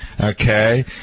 Okay